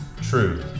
true